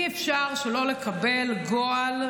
אי-אפשר שלא לקבל גועל,